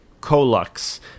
CoLux